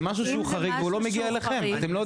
זה משהו חריג שלא מגיע אליכם,